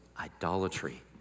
idolatry